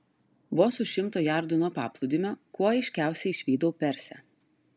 vos už šimto jardo nuo paplūdimio kuo aiškiausiai išvydau persę